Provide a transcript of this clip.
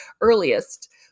earliest